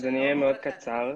אני אהיה מאוד קצר.